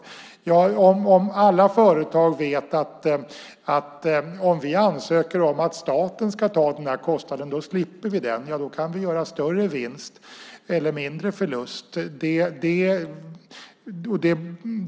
Om alla företag vet att de kan ansöka om att staten ska ta deras kostnader så att de slipper dem kan de säga: Ja, då kan vi göra större vinst eller mindre förlust.